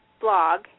blog